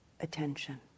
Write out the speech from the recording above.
attention